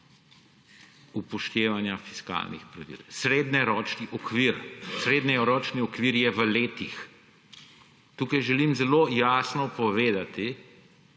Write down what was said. upoštevanja fiskalnih pravil. Srednjeročni okvir je v letih. Tu želim zelo jasno povedati,